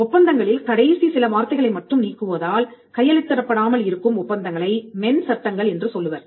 ஒப்பந்தங்களில் கடைசி சில வார்த்தைகளை மட்டும் நீக்குவதால் கையெழுத்திடப் படாமல் இருக்கும் ஒப்பந்தங்களை மென் சட்டங்கள் என்று சொல்லுவர்